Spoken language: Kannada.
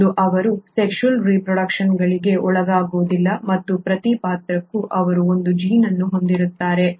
ಒಂದು ಅವರು ಸೆಕ್ಷುಯಲ್ ರೆಪ್ರೊಡ್ಯೂಕ್ಷನ್ಗೆ ಒಳಗಾಗುವುದಿಲ್ಲ ಮತ್ತು ಪ್ರತಿ ಪಾತ್ರಕ್ಕೂ ಅವರು ಒಂದು ಜೀನ್ ಅನ್ನು ಹೊಂದಿರುತ್ತಾರೆ